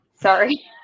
Sorry